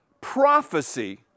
prophecy